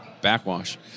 Backwash